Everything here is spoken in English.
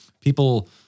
people